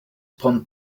upon